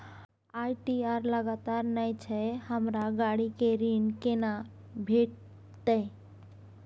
ITR लगातार नय छै हमरा गाड़ी के ऋण केना भेटतै?